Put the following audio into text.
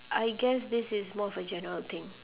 I guess this is more of a general thing